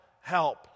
help